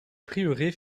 prieuré